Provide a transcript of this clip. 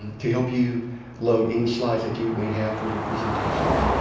to help you load any slides that you may have for your presentations.